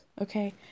okay